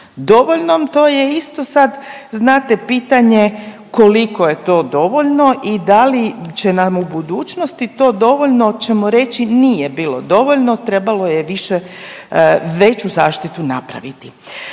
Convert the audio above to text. Dovoljnom, to je isto sad znate pitanje koliko je to dovoljno i da li će nam u budućnosti to dovoljno ćemo reći nije bilo dovoljno, trebalo je više, veću zaštitu napraviti.